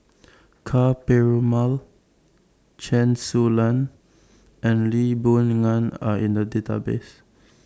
Ka Perumal Chen Su Lan and Lee Boon Ngan Are in The Database